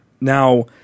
Now